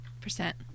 percent